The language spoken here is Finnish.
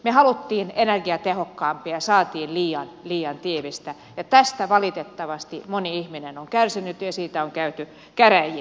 me halusimme energiatehokkaampia ja saatiin liian tiivistä ja tästä valitettavasti moni ihminen on kärsinyt ja siitä on käyty käräjiä